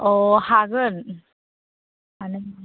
औ हागोन हानाया